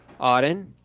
Auden